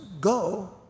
go